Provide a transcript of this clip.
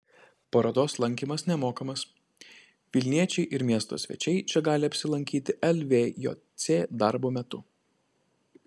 parodos lankymas nemokamas vilniečiai ir miesto svečiai čia gali apsilankyti lvjc darbo metu